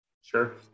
Sure